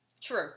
True